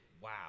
Wow